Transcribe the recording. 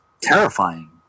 terrifying